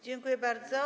Dziękuję bardzo.